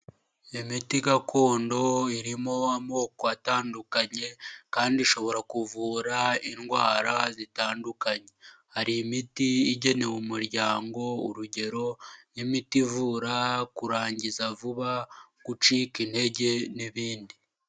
Imiti gakondo irimo amoko atandukanye kandi ishobora kuvura indwara zitandukanye, hari imiti igenewe umuryango urugero nk'imiti ivura kurangiza vuba, gucika intege n'ibindi.